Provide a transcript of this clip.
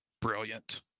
brilliant